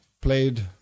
played